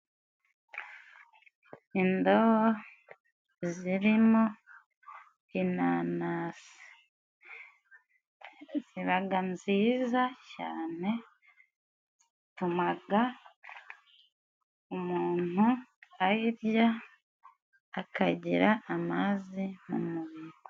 Indobo zirimo inanasi zibaga nziza cyane，zitumaga umuntu ayirya akagira amazi mu mubiri.